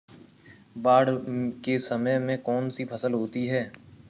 बाढ़ के समय में कौन सी फसल होती है?